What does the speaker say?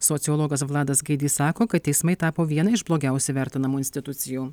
sociologas vladas gaidys sako kad teismai tapo viena iš blogiausiai vertinamų institucijų